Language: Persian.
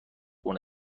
خون